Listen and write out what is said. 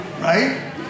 Right